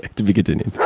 to be continued.